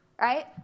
right